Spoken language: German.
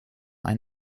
ein